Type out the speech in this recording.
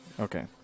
Okay